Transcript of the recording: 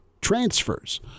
transfers